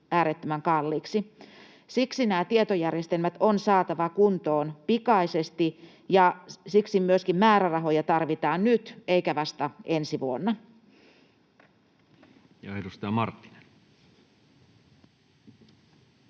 äärettömän kalliiksi. Siksi nämä tietojärjestelmät on saatava kuntoon pikaisesti, ja siksi myöskin määrärahoja tarvitaan nyt eikä vasta ensi vuonna. Ja edustaja Marttinen.